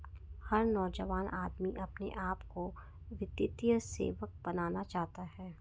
हर नौजवान आदमी अपने आप को वित्तीय सेवक बनाना चाहता है